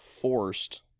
forced